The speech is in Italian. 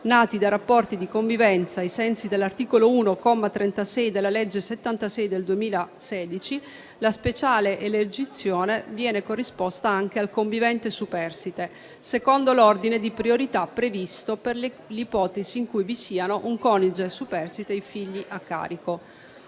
nati da rapporti di convivenza, ai sensi dell'articolo 1, comma 36, della legge 76 del 2016, la speciale elargizione viene corrisposta anche al convivente superstite, secondo l'ordine di priorità previsto per le ipotesi in cui vi siano un coniuge superstite e i figli a carico.